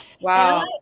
Wow